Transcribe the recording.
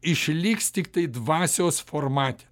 išliks tiktai dvasios formate